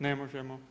Ne možemo.